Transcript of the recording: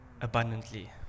abundantly